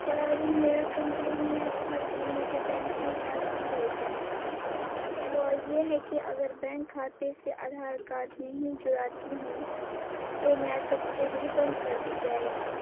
سر میرا کمپلین یہ تھا کہ مجھے بینک نے پیغام بھیجا وہ یہ ہے کہ اگر بینک کھاتے سے آدھار کارڈ نہیں جڑاتی ہوں تو میرا سبسڈری بند کر دی جائے گی